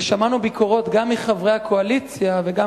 ושמענו ביקורות גם מחברי הקואליציה וגם